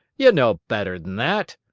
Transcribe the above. ye know better'n that.